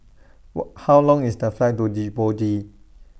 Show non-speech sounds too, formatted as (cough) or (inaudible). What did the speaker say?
(unintelligible) How Long IS The Flight to Djibouti